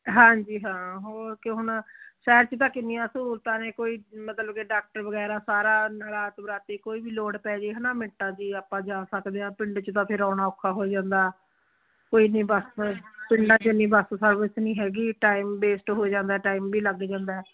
ਹਾਂਜੀ ਹਾਂ ਹੋਰ ਕੀ ਹੁਣ ਸ਼ਹਿਰ 'ਚ ਤਾਂ ਕਿੰਨੀਆਂ ਸਹੂਲਤਾਂ ਨੇ ਕੋਈ ਮਤਲਬ ਕਿ ਡਾਕਟਰ ਵਗੈਰਾ ਸਾਰਾ ਰਾਤ ਬਰਾਤੇ ਕੋਈ ਵੀ ਲੋੜ ਪੈ ਜਾਏ ਹੈ ਨਾ ਮਿੰਟਾਂ ਦੀ ਆਪਾਂ ਜਾ ਸਕਦੇ ਹਾਂ ਪਿੰਡ 'ਚ ਤਾਂ ਫਿਰ ਆਉਣਾ ਔਖਾ ਹੋ ਜਾਂਦਾ ਕੋਈ ਨਹੀਂ ਬਸ ਪਿੰਡਾਂ 'ਚ ਨਹੀਂ ਬੱਸ ਸਰਵਿਸ ਨਹੀਂ ਹੈਗੀ ਟਾਈਮ ਵੇਸਟ ਹੋ ਜਾਂਦਾ ਟਾਈਮ ਵੀ ਲੱਗ ਜਾਂਦਾ